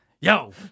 Yo